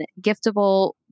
giftable